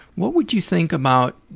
what would you think about,